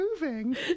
moving